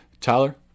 Tyler